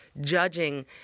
judging